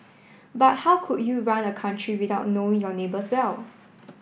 but how could you run a country without knowing your neighbours well